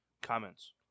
comments